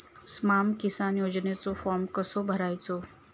स्माम किसान योजनेचो फॉर्म कसो भरायचो?